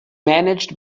managed